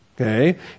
Okay